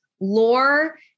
Lore